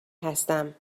هستم